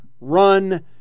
run